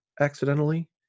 accidentally